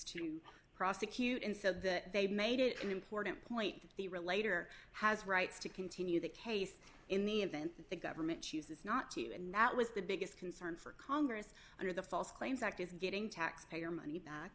to prosecute and said that they made it an important point that the relator has rights to continue the case in the event that the government chooses not to and that was the biggest concern for congress under the false claims act is getting taxpayer money back